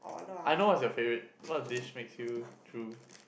I know what's your favourite what dish makes you drool